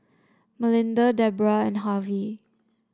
Melinda Debrah and Harvy